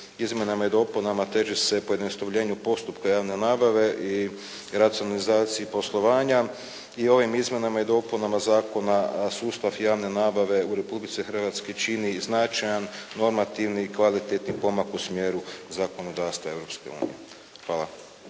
izmjenama i dopunama teži se pojednostavljenju postupka javne nabave i racionalizaciji poslovanja i ovim izmjenama i dopunama zakona sustav javne nabave u Republici Hrvatskoj čini značajan normativni i kvalitetni pomak u smjeru zakonodavstva